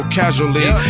casually